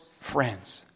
friends